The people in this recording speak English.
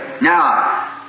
Now